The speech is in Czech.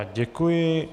Děkuji.